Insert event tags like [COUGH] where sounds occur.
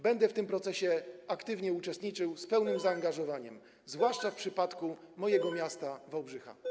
Będę w tym procesie aktywnie uczestniczył z pełnym zaangażowaniem, [NOISE] zwłaszcza w przypadku mojego miasta Wałbrzycha.